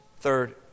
Third